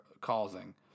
causing